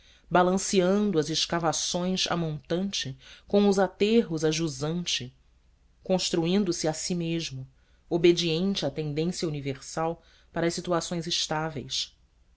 balanceando as escavações a montante com os aterros a jusante construindo se a si mesmo obediente à tendência universal para as situações estáveis